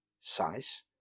size